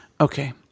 okay